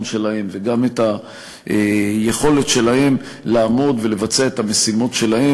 שלהם וגם את היכולת שלהם לבצע את המשימות שלהם.